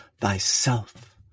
thyself